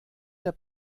der